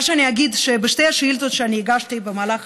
מה שאני אגיד זה שבשתי השאילתות שאני הגשתי במהלך